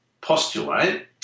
postulate